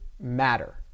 matter